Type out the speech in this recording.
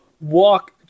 walk